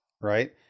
Right